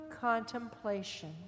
contemplation